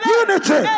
unity